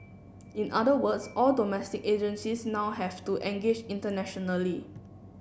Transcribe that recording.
in other words all domestic agencies now have to engage internationally